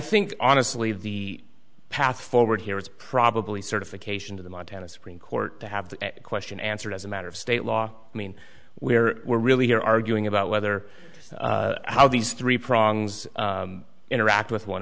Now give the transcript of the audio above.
think honestly the path forward here is probably certification to the montana supreme court to have the question answered as a matter of state law i mean we're we're really here arguing about whether how these three prongs interact with one